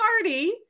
party